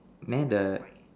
the